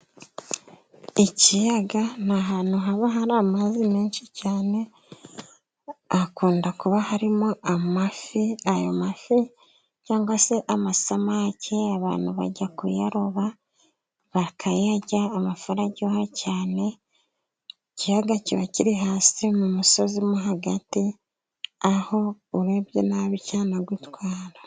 Ikiyaga n'ihantu haba hari amazi menshi cyane, hakunda kuba harimo amafi, ayo mafi cyangwa se amasamake abantu bajya kuyaroba bakayarya, amafi araryoha cyane, ikiyaga kiba kirihasi mu musozi mo hagati aho urebye nabi cyanagutwara.